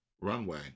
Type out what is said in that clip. runway